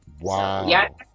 Wow